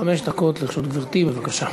חמש דקות לרשות גברתי, בבקשה.